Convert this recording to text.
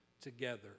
together